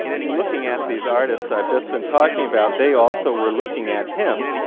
looking at these artists i've just been talking about, they also were looking at him,